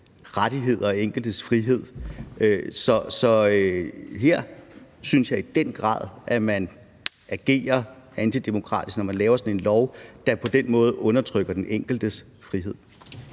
rettigheder og den enkeltes frihed. Så her synes jeg i den grad, at man agerer antidemokratisk, når man laver sådan en lov, der på den måde undertrykker den enkeltes frihed.